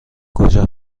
کجا